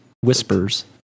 whispers